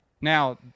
now